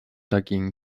dagegen